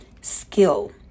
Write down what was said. skill